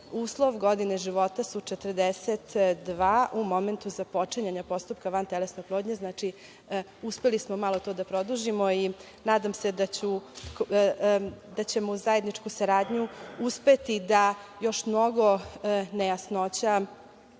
uslov za godine života 42 u momentu započinjanja postupka vantelesne oplodnje. Znači, uspeli smo malo to da produžimo i nadam se da ćemo uz zajedničku saradnju uspeti da još mnogo nejasnoća